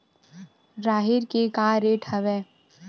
राहेर के का रेट हवय?